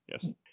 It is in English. Yes